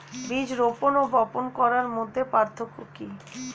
বীজ রোপন ও বপন করার মধ্যে পার্থক্য কি?